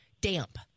damp